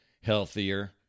healthier